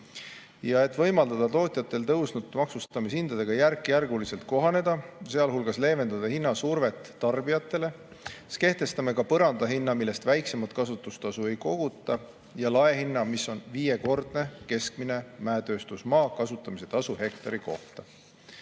võimaldada tootjatel tõusnud maksustamishindadega järk-järgult kohaneda, sealhulgas leevendada hinnasurvet tarbijatele, kehtestame ka põrandahinna, millest väiksemat kasutustasu ei koguta, ja laehinna, mis on viiekordne keskmine mäetööstusmaa kasutamise tasu hektari kohta.